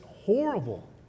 horrible